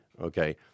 Okay